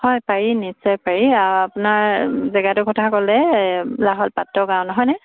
হয় পাৰি নিশ্চয় পাৰি আ আপোনাৰ জেগাটোৰ কথা ক'লে লাহোৱাল পাত্ৰ গাঁও নহয়নে